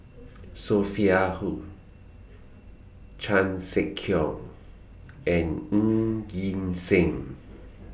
Sophia Hull Chan Sek Keong and Ng Yi Sheng